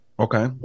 Okay